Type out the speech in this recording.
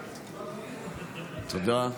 תודה,